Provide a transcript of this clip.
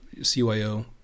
CYO